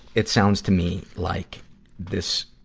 it sounds to me like this